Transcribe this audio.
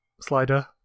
slider